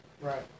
Right